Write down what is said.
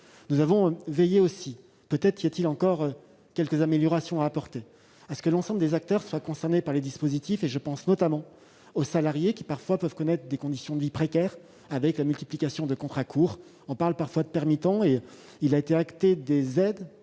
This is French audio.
Nous avons aussi veillé- peut-être y a-t-il encore quelques améliorations à apporter -à ce que l'ensemble des acteurs soit concerné par les dispositifs. Je pense notamment aux salariés, qui peuvent parfois connaître des conditions de vie précaires, avec la multiplication de contrats courts- on parle parfois de « permittents ». Des aides